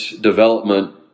development